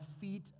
feet